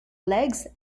legs